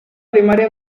primaria